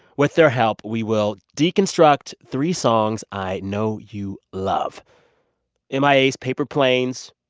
with their help, we will deconstruct three songs i know you love m i a s paper planes,